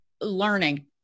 learning